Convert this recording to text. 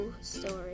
story